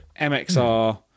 mxr